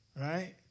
right